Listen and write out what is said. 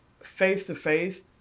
face-to-face